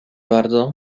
bardzo